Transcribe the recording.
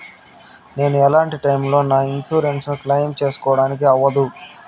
నేను ఎట్లాంటి టైములో నా ఇన్సూరెన్సు ను క్లెయిమ్ సేసుకోవడానికి అవ్వదు?